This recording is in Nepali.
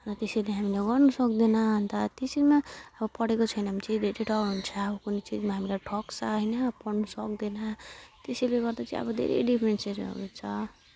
अन्त त्यसैले हामीले गर्नु सक्दैन अन्त त्यसैमा अब पढेको छैन भने चाहिँ धेरै डर हुन्छ अब कुनै चिजमा हामीलाई ठग्छ होइन पढ्नु सक्दैन त्यसैले गर्दा चाहिँ अब धेरै डिफरेन्सहरू छ